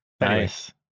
Nice